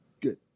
Good